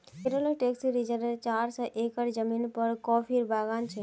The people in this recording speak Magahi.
केरलत ट्रैंक्विल रिज़ॉर्टत चार सौ एकड़ ज़मीनेर पर कॉफीर बागान छ